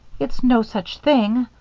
it's no such thing,